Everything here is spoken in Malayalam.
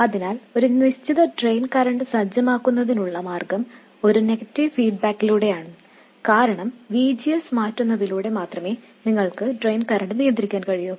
അതിനാൽ ഒരു നിശ്ചിത ഡ്രെയിൻ കറന്റ് സജ്ജമാക്കുന്നതിനുള്ള മാർഗം ഒരു നെഗറ്റീവ് ഫീഡ്ബാക്കിലൂടെയാണ് കാരണം V G S മാറ്റുന്നതിലൂടെ മാത്രമേ നിങ്ങൾക്ക് ഡ്രെയിൻ കറൻറ് നിയന്ത്രിക്കാൻ കഴിയൂ